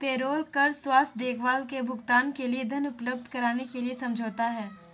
payroll कर स्वास्थ्य देखभाल के भुगतान के लिए धन उपलब्ध कराने के लिए समझौता है